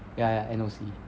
ya ya N_O_C